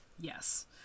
Yes